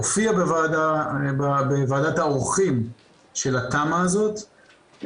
הופיע בוועדת העורכים של התמ"א הזאת,